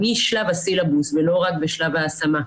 משלב הסילבוס ולא רק בשלב ההשמה,